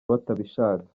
batabishaka